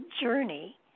journey